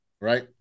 Right